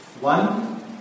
One